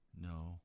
No